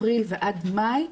אפריל ועד מאי,